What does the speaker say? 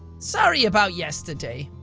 sorry about yesterday.